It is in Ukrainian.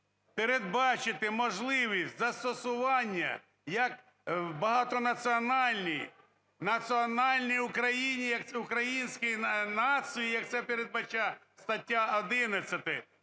передбачити можливість застосування як в багатонаціональній, національній Україні, як українській нації, як це передбачає стаття 11,